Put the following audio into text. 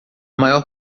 maior